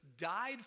died